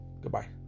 Goodbye